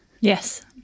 Yes